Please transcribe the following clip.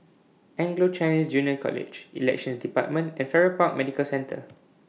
Anglo Chinese Junior College Elections department and Farrer Park Medical Centre